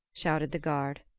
shouted the guard.